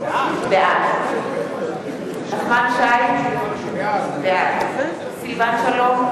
בעד נחמן שי, בעד סילבן שלום,